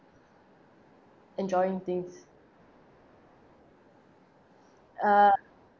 enjoying things uh